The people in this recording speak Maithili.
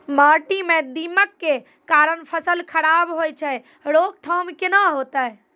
माटी म दीमक के कारण फसल खराब होय छै, रोकथाम केना होतै?